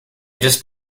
just